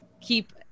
keep